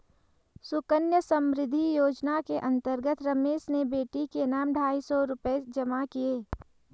सुकन्या समृद्धि योजना के अंतर्गत रमेश ने बेटी के नाम ढाई सौ रूपए जमा किए